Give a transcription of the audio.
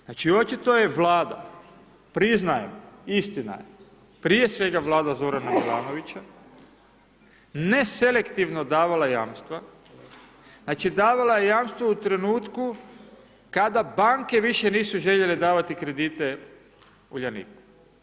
Znači, očito je Vlada priznaje istina je, prije svega vlada Zorana Milanovića neselektivno davala jamstva, znači davala je jamstva u trenutku kada banke više nisu željele davati kredite Uljaniku.